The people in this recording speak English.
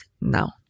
now